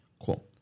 Cool